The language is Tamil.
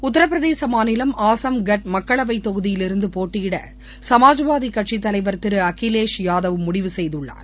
உத்தரபிரதேச மாநிலம் ஆசம்கட் மக்களவை தொகுதியிலிருந்து போட்டியிட சமாஜ்வாதி தலைவர் திரு அகிலேஷ் யாதவ் முடிவு செய்துள்ளார்